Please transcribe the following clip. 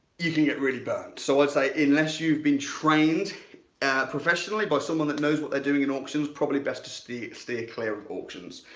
you can get really burned. so i'd say unless you've been trained professionally by someone that knows what they're doing in auctions, probably best to steer steer clear of auctions.